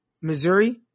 Missouri